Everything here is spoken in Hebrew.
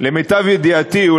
למיטב ידיעתי,